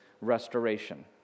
Restoration